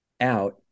out